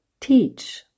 teach